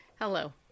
Hello